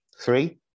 Three